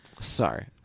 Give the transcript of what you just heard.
Sorry